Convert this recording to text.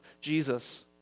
Jesus